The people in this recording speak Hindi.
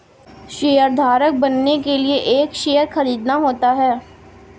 शेयरधारक बनने के लिए शेयर खरीदना होता है